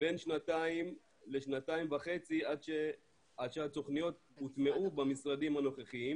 בין שנתיים לשנתיים וחצי עד שהתוכניות הוטמעו במשרדים הנוכחיים